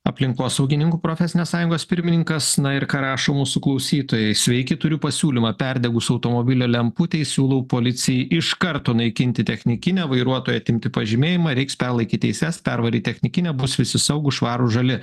aplinkosaugininkų profesinės sąjungos pirmininkas na ir ką rašo mūsų klausytojai sveiki turiu pasiūlymą perdegus automobilio lemputei siūlau policijai iš karto naikinti technikinę vairuotoją atimti pažymėjimą reiks perlaikyt teises pervaryt technikinę bus visi saugūs švarūs žali